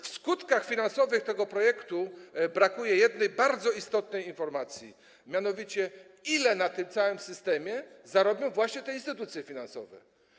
W skutkach finansowych tego projektu brakuje jednej bardzo istotnej informacji, ile na tym całym systemie zarobią właśnie te instytucje finansowe.